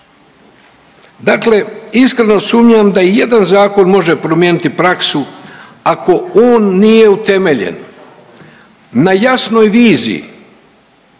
Dakle, iskreno sumnjam da i jedan zakon može promijeniti praksu ako on nije utemeljen na jasnoj viziji,